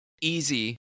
easy